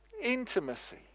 intimacy